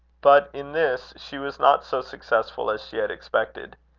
but in this she was not so successful as she had expected.